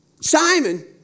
Simon